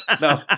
No